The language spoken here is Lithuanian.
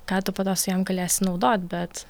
ką tu po to su jom galėsi naudot bet